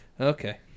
Okay